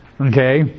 Okay